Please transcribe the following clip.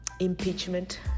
Impeachment